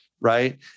Right